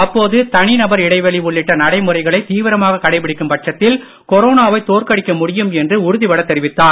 அப்போது தனிநபர் இடைவெளி உள்ளிட்ட நடைமுறைகளை தீவிரமாக கடைபிடிக்கும் பட்சத்தில் கொரோனாவை தோற்கடிக்க முடியும் என்று உறுதிப்பட தெரிவித்தார்